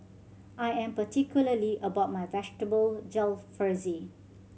I am particularly about my Vegetable Jalfrezi